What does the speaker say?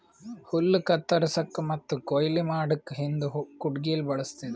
ಹುಲ್ಲ್ ಕತ್ತರಸಕ್ಕ್ ಮತ್ತ್ ಕೊಯ್ಲಿ ಮಾಡಕ್ಕ್ ಹಿಂದ್ ಕುಡ್ಗಿಲ್ ಬಳಸ್ತಿದ್ರು